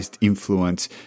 influence